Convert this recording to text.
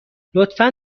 لطفا